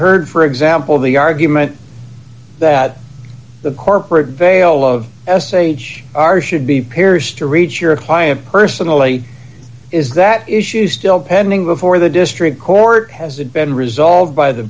heard for example the argument that the corporate veil of sh are should be pierced to reach your client personally is that issues still pending before the district court has it been resolved by the